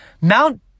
Mount